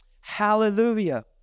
Hallelujah